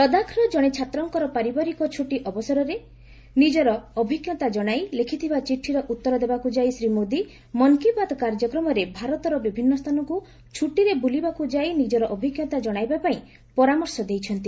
ଲଦାଖର ଜଣେ ଛାତ୍ରଙ୍କର ପାରିବାରିକ ଛୁଟି ଅବସରରେ ନିଜର ଅଭିଜ୍ଞତା ଜଣାଇ ଲେଖିଥିବା ଚିଠିର ଉତ୍ତର ଦେବାକୁ ଯାଇ ଶ୍ରୀ ମୋଦି ମନ୍ କି ବାତ୍ କାର୍ଯ୍ୟକ୍ରମରେ ଭାରତର ବିଭିନ୍ନ ସ୍ଥାନକୁ ଛୁଟିରେ ବୁଲିବାକୁ ଯାଇ ନିଜର ଅଭିଜ୍ଞତା କଣାଇବା ପାଇଁ ପରାମର୍ଶ ଦେଇଛନ୍ତି